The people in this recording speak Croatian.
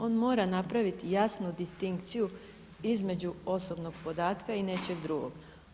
On mora napraviti jasnu distinkciju između osobnog podatka i nečeg drugog.